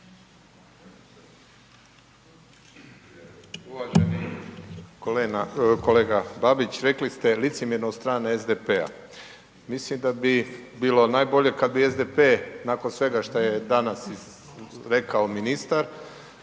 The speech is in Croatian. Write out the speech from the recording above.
Uvaženi kolega Babić, rekli ste licemjerno od strane SDP-a, mislim da bi bilo najbolje kad bi SDP nakon svega šta je danas rekao ministar